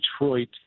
Detroit